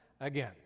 again